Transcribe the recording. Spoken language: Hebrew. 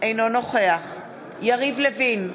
אינו נוכח יריב לוין,